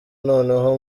noneho